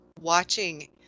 Watching